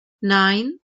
nein